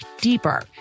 deeper